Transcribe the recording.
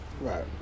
Right